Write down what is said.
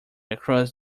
across